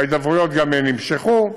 וההידברויות גם נמשכו.